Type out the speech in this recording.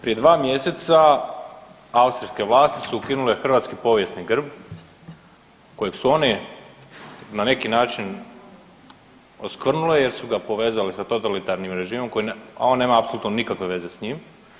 Prije 2 mjeseca austrijske vlasti su ukinule hrvatski povijesni grb kojeg su oni na neki način oskvrnuli jer su ga povezali sa totalitarnim režimom, a on nema apsolutno nikakve veze s njim.